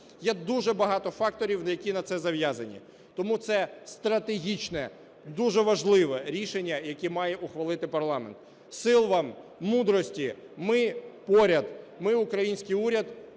Є дуже багато факторів, які на це зав'язані, тому це стратегічне, дуже важливе рішення, яке має ухвалити парламент. Сил вам, мудрості! Ми поряд, ми, український уряд,